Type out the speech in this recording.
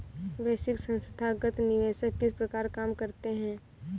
वैश्विक संथागत निवेशक किस प्रकार काम करते हैं?